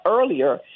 earlier